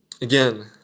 again